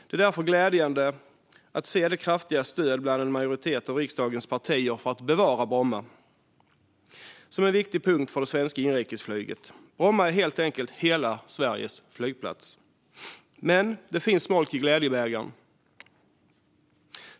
Det är därför glädjande att se det kraftiga stödet bland en majoritet av riksdagens partier för att bevara Bromma flygplats, som är en viktig punkt för det svenska inrikesflyget. Bromma är helt enkelt hela Sveriges flygplats. Men det finns smolk i glädjebägaren.